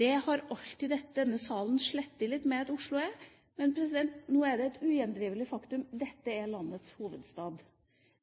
Det har denne salen alltid slitt litt med at Oslo er, men nå er det et ugjendrivelig faktum at dette er landets hovedstad.